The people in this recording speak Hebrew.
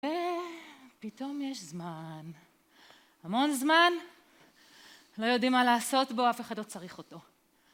ופתאום יש זמן, המון זמן, לא יודעים מה לעשות בו, אף אחד לא צריך אותו.